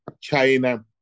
China